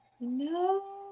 no